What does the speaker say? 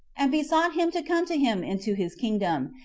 and besought him to come to him into his kingdom,